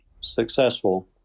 successful